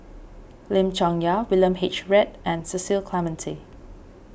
Lim Chong Yah William H Read and Cecil Clementi